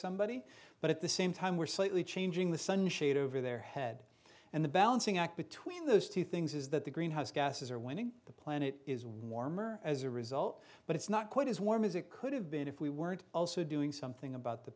somebody but at the same time we're slightly changing the sun shade over their head and the balancing act between those two things is that the greenhouse gases are winning the planet is warmer as a result but it's not quite as warm as it could have been if we weren't also doing something about the